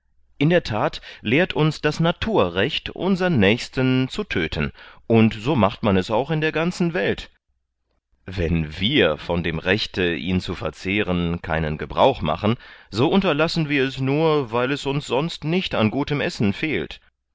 in der that lehrt uns das naturrecht unsern nächsten zu tödten und so macht man es auch in der ganzen welt wenn wir von dem rechte ihn zu verzehren keinen gebrauch machen so unterlassen wir es nur weil es uns sonst nicht an gutem essen fehlt